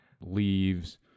leaves